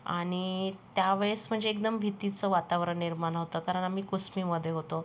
आणि त्यावेळेस म्हणजे एकदम भीतीचं वातावरण निर्माण होतं कारण आम्ही कुस्मीमध्ये होतो